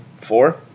four